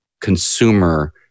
consumer